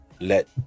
let